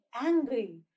angry